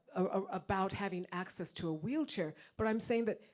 ah about having access to a wheelchair, but i'm saying that,